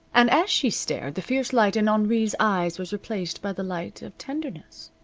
and as she stared the fierce light in henri's eyes was replaced by the light of tenderness.